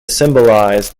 symbolize